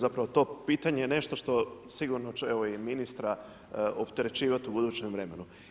Zapravo, to pitanje je nešto što sigurno će evo, i ministra opterećivati u budućem vremenu.